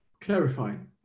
clarifying